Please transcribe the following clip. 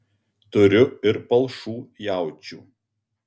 turiu ir palšų jaučių